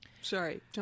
Sorry